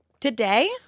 Today